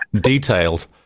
detailed